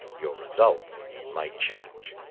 your results might change.